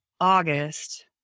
August